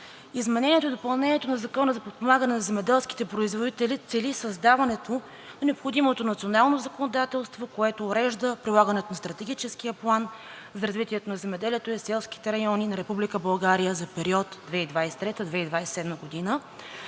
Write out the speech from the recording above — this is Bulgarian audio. Изменението и допълнението на Закона за подпомагане на земеделските производители цели създаването на необходимото национално законодателство, което урежда прилагането на Стратегическия план за развитието на земеделието и селските райони на Република България за периода 2023 – 2027 г.,